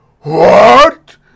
What